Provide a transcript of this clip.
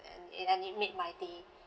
and it and it made my day